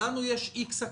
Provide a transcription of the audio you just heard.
לנו יש איקס הכנסות,